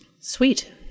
Sweet